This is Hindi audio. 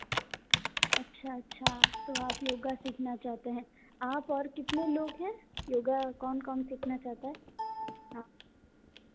अच्छा अच्छा तो आप योगा सीखना चाहते हैं आप और कितने लोग हैं योगा कौन कौन सीखना चाहता है हाँ